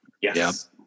Yes